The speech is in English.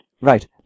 Right